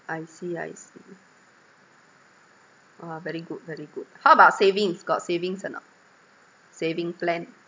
I see I see oh very good very good how about savings got savings or not saving plan